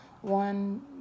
one